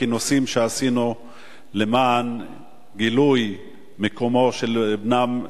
בכינוסים שעשינו למען גילוי מקומו של בנם,